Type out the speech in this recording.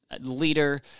leader